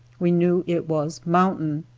we knew it was mountain.